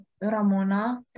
Ramona